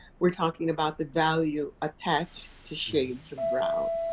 we're talking about the value attached to shades of brown.